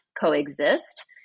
coexist